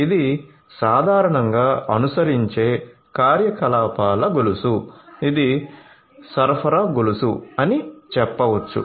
ఇది సాధారణంగా అనుసరించే కార్యకలాపాల గొలుసు ఇది సరఫరా గొలుసు అని చెప్పవచ్చు